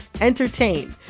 entertain